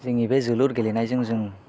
जोंनि बे जोलुर गेलेनायजों जों